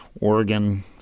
Oregon